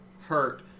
hurt